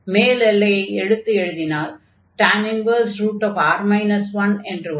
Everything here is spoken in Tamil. மேல் எல்லையை எடுத்து எழுதினால் R 1 என்று வரும்